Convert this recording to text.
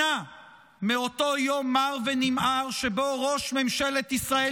שנה מאותו יום מר ונמהר שבו ראש ממשלת ישראל